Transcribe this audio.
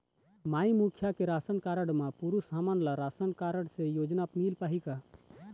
माई मुखिया के ration card म पुरुष हमन ला राशन कारड से योजना मिल पाही का?